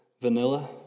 vanilla